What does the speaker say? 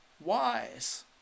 wise